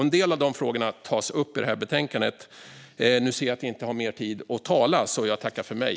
En del av de frågorna tas upp i det här betänkandet. Nu ser jag att jag inte har mer tid att tala, så jag tackar för mig.